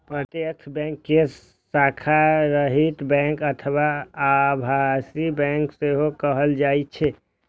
प्रत्यक्ष बैंक कें शाखा रहित बैंक अथवा आभासी बैंक सेहो कहल जाइ छै